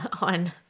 on